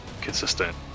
consistent